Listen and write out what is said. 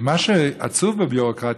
מה שעצוב בביורוקרטיה,